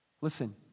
Listen